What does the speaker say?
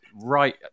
right